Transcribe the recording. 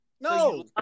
No